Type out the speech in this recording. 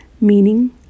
meaning